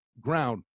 ground